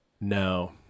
No